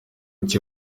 cya